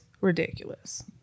ridiculous